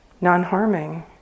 Non-harming